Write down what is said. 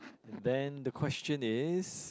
then the question is